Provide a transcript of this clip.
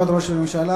כבוד ראש הממשלה,